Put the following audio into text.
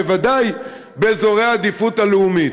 בוודאי באזורי העדיפות הלאומית.